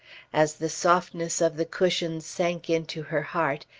as the softness of the cushions sank into her heart,